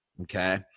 Okay